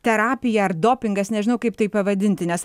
terapija ar dopingas nežinau kaip tai pavadinti nes